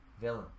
villain